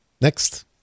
Next